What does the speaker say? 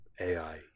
AI